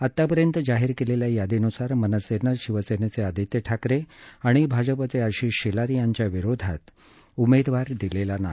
आत्तापर्यंत जाहीर केलेल्या यादीनुसार मनसेनं शिवसेनेचे आदित्य ठाकरे आणि भाजपाचे आशिष शेलार यांच्या विरोधात उमेदवार दिलेला नाही